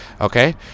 okay